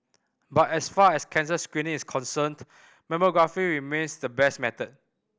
but as far as cancer screening is concerned mammography remains the best method